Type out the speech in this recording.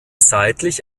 seitlich